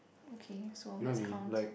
okay so that's count